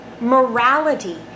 morality